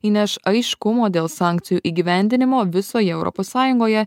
įneš aiškumo dėl sankcijų įgyvendinimo visoje europos sąjungoje